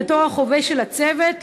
בתור החובש של הצוות,